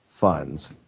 funds